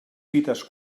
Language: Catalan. fites